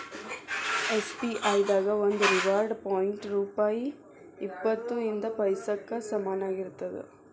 SBI ದಾಗ ಒಂದು reward point ರೊ ಇಪ್ಪತ್ ಐದ ಪೈಸಾಕ್ಕ ಸಮನಾಗಿರ್ತದ